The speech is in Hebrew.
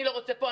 אני לא רוצה פה,